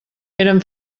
eren